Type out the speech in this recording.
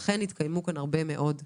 לכן התקיימו כאן הרבה מאוד דיונים.